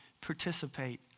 participate